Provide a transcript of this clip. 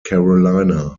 carolina